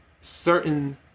certain